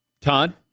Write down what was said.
Todd